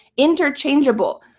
interchangeable.